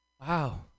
Wow